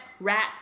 rat